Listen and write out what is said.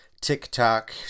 TikTok